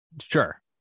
Sure